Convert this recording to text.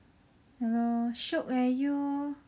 ya lor shiok eh you